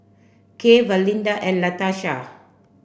Kay Valinda and Latarsha